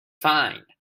find